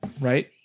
right